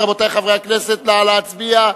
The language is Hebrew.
רבותי חברי הכנסת, נא להצביע.